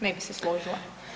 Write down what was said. Ne bi se složila.